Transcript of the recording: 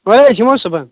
چلو أسۍ یِمو صُبحن